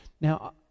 Now